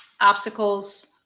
obstacles